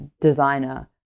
designer